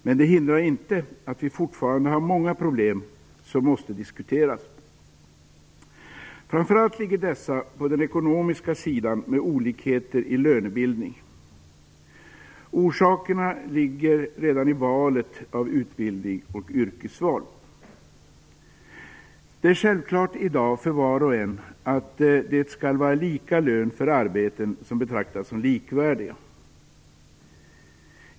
Men det hindrar inte att vi fortfarande har många problem som måste diskuteras. Framför allt ligger dessa på den ekonomiska sidan med olikheter i lönebildning. Orsakerna ligger redan i valet av utbildning och yrkesval. Det är i dag självklart för var och en att det skall vara lika lön för arbeten som betraktas som likvärdiga.